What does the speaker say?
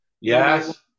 Yes